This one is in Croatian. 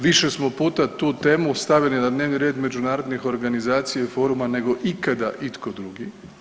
Više smo puta tu temu stavili na dnevni red međunarodnih organizacija i forma nego ikada itko drugi.